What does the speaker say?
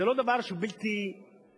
זה לא דבר שהוא בלתי קביל.